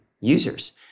users